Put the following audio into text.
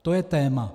To je téma.